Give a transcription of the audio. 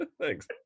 Thanks